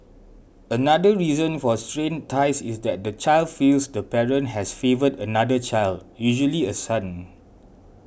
another reason for strained ties is that the child feels the parent has favoured another child usually a son